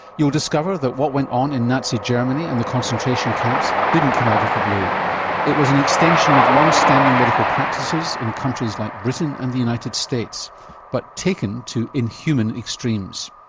you'll discover that what went on in nazi germany and the concentration camps didn't come out of the blue it was an extension of longstanding medical practices in countries like britain and the united states but taken to inhuman extremes.